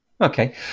Okay